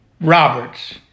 Roberts